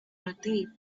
rotate